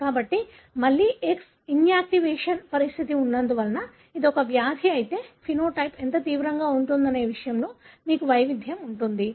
కాబట్టి మళ్లీ X inactivation పరిస్థితి ఉన్నందున ఇది ఒక వ్యాధి అయితే ఫెనోటైప్ ఎంత తీవ్రంగా ఉంటుందనే విషయంలో మీకు వైవిధ్యం ఉంటుంది